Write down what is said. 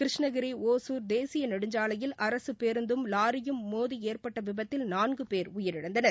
கிருஷ்ணகிரி ஒசூர் தேசிய நெடுஞ்சாலையில் அரசு பேருந்தும் லாரியும் மோதி ஏற்பட்ட விபத்தில் நான்கு பேர் உயிரிழந்தனர்